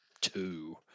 two